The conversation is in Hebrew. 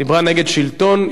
היא דיברה נגד שלטון,